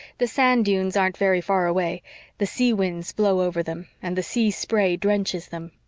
the sand-dunes aren't very far away the sea winds blow over them and the sea spray drenches them.